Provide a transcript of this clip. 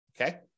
okay